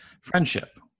friendship